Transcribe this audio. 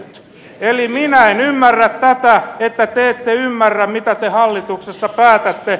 eli minä en ymmärrä tätä että te ette ymmärrä mitä te hallituksessa päätätte